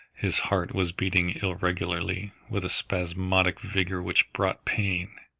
his heart was beating irregularly with a spasmodic vigour which brought pain.